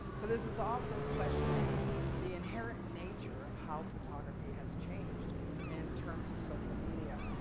so this is also questioning the inherent nature of how photography has changed in terms of social media.